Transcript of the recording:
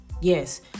Yes